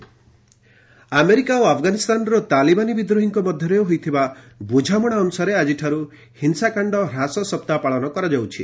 US Afghan America ଓ ଆଫଗାନିସ୍ତାନର ତାଲିବାନୀ ବିଦ୍ରୋହୀଙ୍କ ମଧ୍ୟରେ ହୋଇଥିବା ବୁଝାମଣା ଅନୁସାରେ ଆଜିଠାରୁ ହିଂସାକାଣ୍ଡ ହ୍ରାସ ସପ୍ତାହ ପାଳନ କରାଯାଉଛି